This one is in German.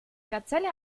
gazelle